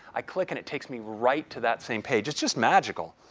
i click and it takes me right to that same page. it's just magical.